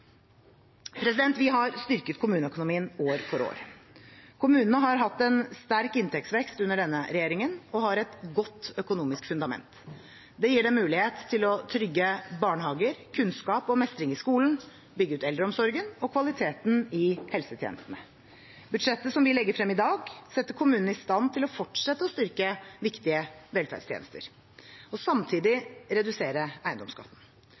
Vi har styrket kommuneøkonomien år for år. Kommunene har hatt en sterk inntektsvekst under denne regjeringen og har et godt økonomisk fundament. Det gir dem mulighet til å trygge barnehager, kunnskap og mestring i skolen, bygge ut eldreomsorgen og kvaliteten i helsetjenestene. Budsjettet som vi legger frem i dag, setter kommunene i stand til å fortsette å styrke viktige velferdstjenester og samtidig redusere eiendomsskatten.